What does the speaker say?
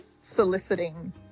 soliciting